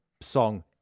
song